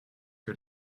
que